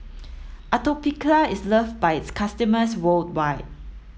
Atopiclair is love by its customers worldwide